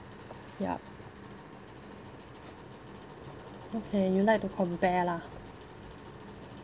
yup okay you like to compare lah